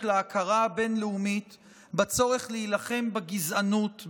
להכרה הבין-לאומית בצורך להילחם בגזענות,